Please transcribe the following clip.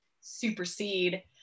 supersede